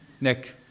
Nick